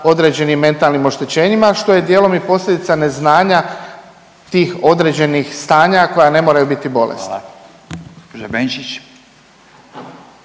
određenim mentalnim oštećenjima što je dijelom i posljedica neznanja tih određenih stanja koja ne moraju biti bolesna.